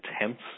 intense